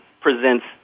presents